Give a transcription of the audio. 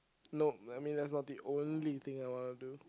nope I mean that's not the only thing I want to do